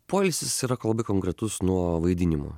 poilsis yra labai konkretus nuo vaidinimo